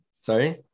Sorry